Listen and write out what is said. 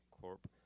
Corp